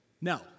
No